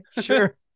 sure